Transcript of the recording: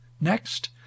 next